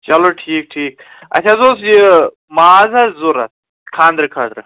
چلو ٹھیٖک ٹھیٖک اَسہِ حظ اوس یہِ ماز حظ ضروٗرت خانٛدرٕ خٲطرٕ